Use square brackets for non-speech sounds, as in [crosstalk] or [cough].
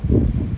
[noise]